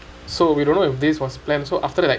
so we don't know if this was planned so after that like